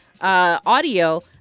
audio